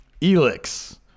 Elix